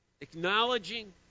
acknowledging